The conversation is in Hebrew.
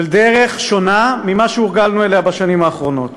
של דרך שונה מזו שהורגלנו אליה בשנים האחרונות,